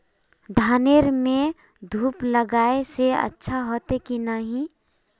धानेर में धूप लगाए से अच्छा होते की नहीं?